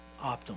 optimal